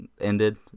ended